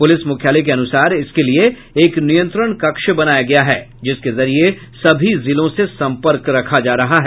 police मुख्यालय के अनुसार इसके लिए एक नियंत्रण कक्ष बनाया गया है जिसके जरिये सभी जिलों से सम्पर्क रखा जा रहा है